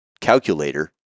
calculator